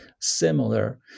similar